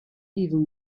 even